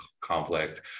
conflict